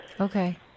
Okay